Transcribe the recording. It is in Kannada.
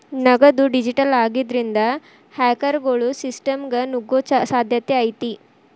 ನಗದು ಡಿಜಿಟಲ್ ಆಗಿದ್ರಿಂದ, ಹ್ಯಾಕರ್ಗೊಳು ಸಿಸ್ಟಮ್ಗ ನುಗ್ಗೊ ಸಾಧ್ಯತೆ ಐತಿ